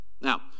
Now